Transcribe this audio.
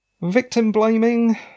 Victim-blaming